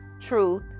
truth